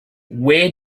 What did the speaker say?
where